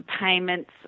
payments